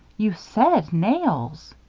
you said nails.